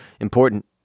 Important